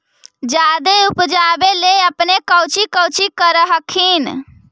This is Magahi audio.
जादे उपजाबे ले अपने कौची कौची कर हखिन?